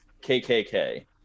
kkk